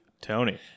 Tony